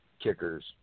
kickers